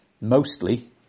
mostly